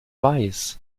weiß